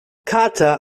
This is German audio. carter